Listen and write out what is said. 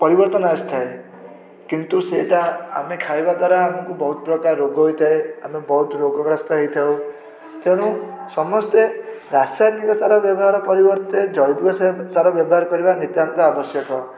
ପରିବର୍ତ୍ତନ ଆସିଥାଏ କିନ୍ତୁ ସେଇଟା ଆମେ ଖାଇବା ଦ୍ଵାରା ଆମକୁ ବହୁତ ପ୍ରକାର ରୋଗ ହେଇଥାଏ ଆମେ ବହୁତ ରୋଗଗ୍ରସ୍ତ ହେଇଥାଉ ତେଣୁ ସମସ୍ତେ ରାସାୟନିକ ସାର ବ୍ୟବହାର ପରିବର୍ତ୍ତେ ଜୈବିକ ସାର ବ୍ୟବହାର କରିବା ନିତ୍ୟାନ୍ତ ଆବଶ୍ୟକ